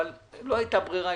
אבל לא הייתה ברירה,